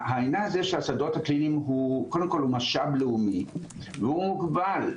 העניין הזה של השדות הקליניים קודם כל הוא משאב לאומי והוא מוגבל,